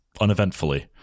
uneventfully